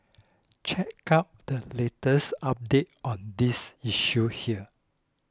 check out the latest update on this issue here